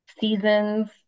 seasons